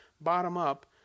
bottom-up